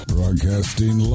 Broadcasting